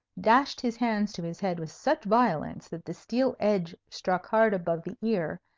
dashed his hands to his head with such violence that the steel edge struck hard above the ear,